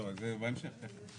לא, זה בהמשך, כן.